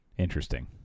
interesting